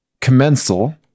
Commensal